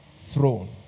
throne